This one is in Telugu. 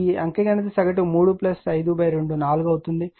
ఈ అంఖ్యగణిత సగటు 3524అవుతుంది